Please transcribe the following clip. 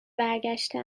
برگشته